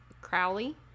Crowley